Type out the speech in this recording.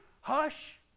hush